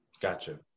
Gotcha